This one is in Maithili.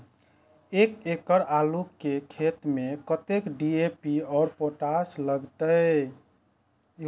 एक एकड़ आलू के खेत में कतेक डी.ए.पी और पोटाश लागते?